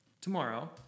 tomorrow